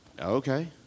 Okay